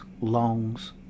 longs